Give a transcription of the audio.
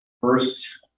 First